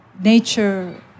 nature